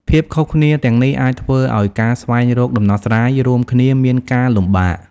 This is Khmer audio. ភាពខុសគ្នាទាំងនេះអាចធ្វើឱ្យការស្វែងរកដំណោះស្រាយរួមគ្នាមានការលំបាក។